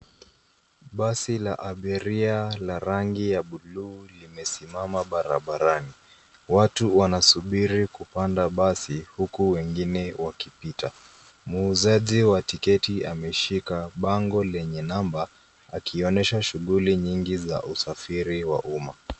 Basi la abiria la rangi ya blue limesimama barabarani. Watu wanasubiri kupanda basi, huku wengine wakipita. Muuzaji wa tiketi ameshika bango lenye namba, akionyesha shughuli nyingi za usafiri wa umma.